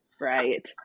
right